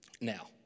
Now